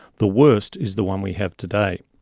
the worst is the one we have today.